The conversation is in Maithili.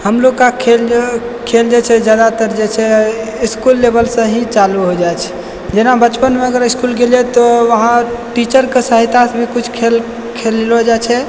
हमलोग का खेल खेल जे छै ज्यादातर जे छै स्कूल लेवलसँ हि चालू हो जाइत छै जेना बचपनमे अगर इस्कूल गेलियै तऽ वहाँ टीचरके सहायतासँ कुछ खेल खेललो जाइत छै